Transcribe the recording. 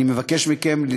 אני מבקש מכם,